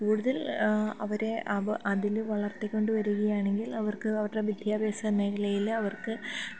കൂടുതൽ അവരെ അതിൽ വളർത്തിക്കൊണ്ടു വരികയാണെങ്കിൽ അവർക്ക് അവരുടെ വിദ്യാഭ്യാസ മേഖലയിൽ അവർക്ക്